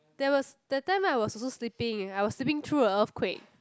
there was that time I was also sleeping I was sleeping through a earthquake